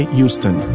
Houston